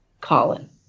Colin